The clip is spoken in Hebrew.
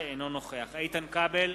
אינו נוכח איתן כבל,